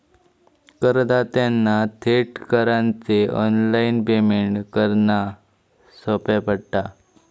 करदात्यांना थेट करांचे ऑनलाइन पेमेंट करना सोप्या पडता